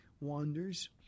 wanders